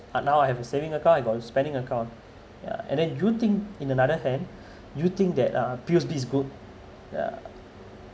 now I have a saving account I got a spending account yeah and then you think in another hand you think that uh P_O_S_B is good yeah